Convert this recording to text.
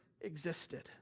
existed